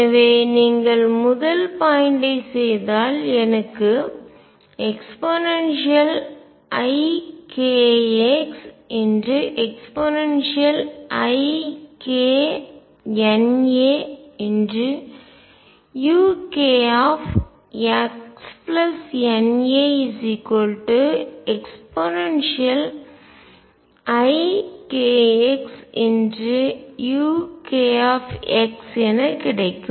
எனவே நீங்கள் முதல் பாயிண்ட் ஐ செய்தால் எனக்கு eikx eikNaukxNaeikxuk என கிடைக்கும்